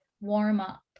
warm-up